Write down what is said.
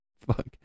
fuck